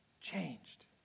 changed